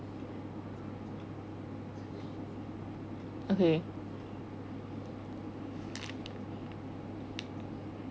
okay